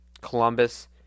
Columbus